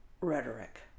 rhetoric